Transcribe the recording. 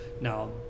Now